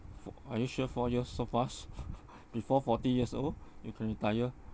four are you sure four years so fast before forty years old you can retire